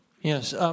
Yes